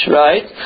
right